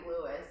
Lewis